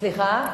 חבר הכנסת,